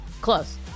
Close